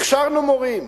הכשרנו מורים,